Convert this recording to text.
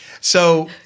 So-